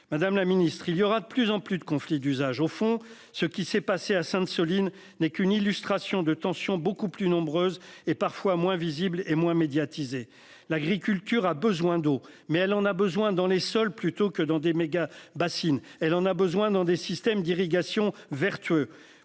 Madame la ministre, il y aura de plus en plus de conflits d'usage au fond ce qui s'est passé à Sainte-, Soline n'est qu'une illustration de tension beaucoup plus nombreuses et parfois moins visible et moins médiatisés. L'agriculture a besoin d'eau mais elle en a besoin dans les sols plutôt que dans des méga-bassines, elle en a besoin dans des systèmes d'irrigation vertueux